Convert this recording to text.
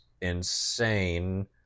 insane